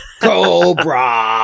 Cobra